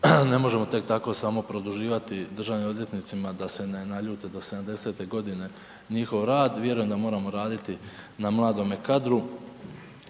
ne možemo tek tako samo produživati državnim odvjetnicima da se ne naljute do 70 g. njihov rad, vjerujem da moramo raditi na mladome kadru